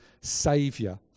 saviour